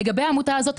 לגבי העמותה הזאת,